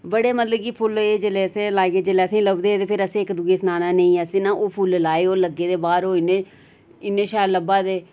बड़े मतलब कि फुल्ल एह् जेल्लै असें लाई जेल्ले असेंगी लभदे हे ते फिर असें इक दूए गी सनाना नेईं असें न ओह् फुल्ल लाए ओह् लग्गे दे बाह्र ओह् इन्ने इन्ने शैल लब्भा दे